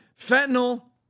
fentanyl